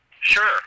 Sure